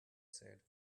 said